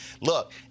Look